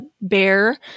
Bear